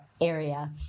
area